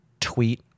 tweet